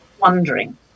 wondering